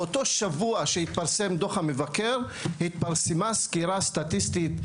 באותו שבוע שהתפרסם דוח המבקר התפרסמה סקירה סטטיסטית,